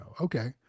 okay